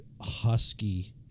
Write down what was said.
husky